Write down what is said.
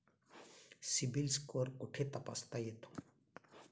CIBIL score कुठे तपासता येतो?